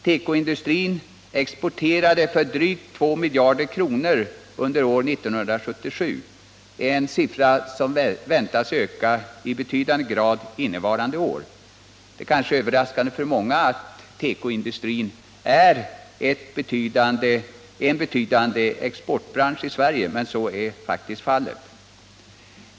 Tekoindustrin exporterade för drygt 2 miljarder kronor år 1977, en siffra som väntas öka betydligt för innevarande år. Det är kanske överraskande för många att tekoindustrin i Sverige är en betydande exportbransch, men så är faktiskt fallet.